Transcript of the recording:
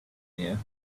here